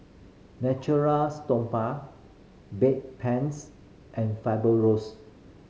Stoma Bedpans and